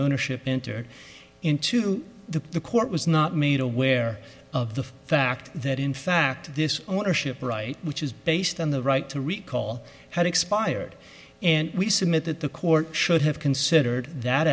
ownership enter into the court was not made aware of the fact that in fact this ownership right which is based on the right to recall had expired and we submit that the court should have considered that